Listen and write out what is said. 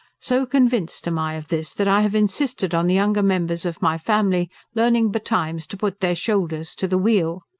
so convinced am i of this, that i have insisted on the younger members of my family learning betimes to put their shoulders to the wheel.